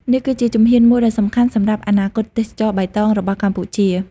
នេះគឺជាជំហានមួយដ៏សំខាន់សម្រាប់អនាគតទេសចរណ៍បៃតងរបស់កម្ពុជា។